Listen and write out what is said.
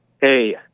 Hey